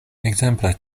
ekzemple